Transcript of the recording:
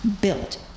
built